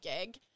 gig